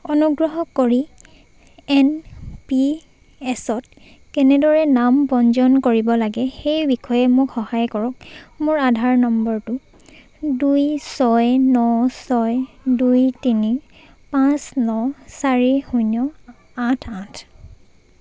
অনুগ্ৰহ কৰি N P এছত কেনেদৰে নাম পঞ্জীয়ন কৰিব লাগে সেই বিষয়ে মোক সহায় কৰক মোৰ আধাৰ নম্বৰটো দুই ছয় ন ছয় দুই তিনি পাঁচ ন চাৰি শূন্য আঠ আঠ